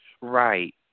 Right